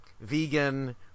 vegan –